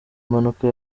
mpanuka